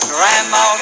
Grandma